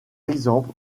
exemple